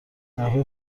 نحوه